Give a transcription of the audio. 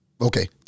okay